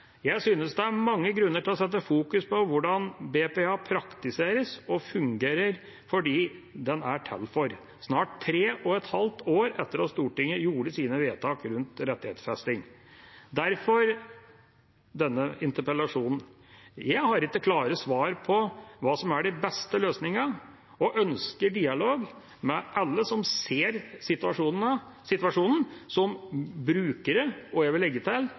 Jeg synes det er mange grunner til å fokusere på hvordan BPA praktiseres og fungerer for dem den er til for, snart tre og et halvt år etter at Stortinget gjorde sine vedtak rundt rettighetsfesting – derfor denne interpellasjonen. Jeg har ikke klare svar på hva som er de beste løsningene, men ønsker dialog med alle som ser situasjonen som brukere, og – jeg vil legge til